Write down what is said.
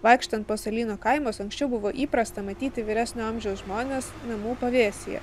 vaikštant po salynų kaimus anksčiau buvo įprasta matyti vyresnio amžiaus žmones namų pavėsyje